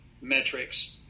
metrics